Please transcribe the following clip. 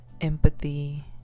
empathy